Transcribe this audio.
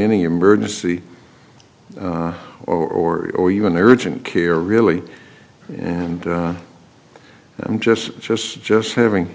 any emergency or or you in urgent care really and i'm just just just having